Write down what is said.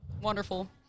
wonderful